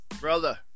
brother